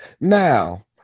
Now